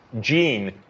gene